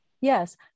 Yes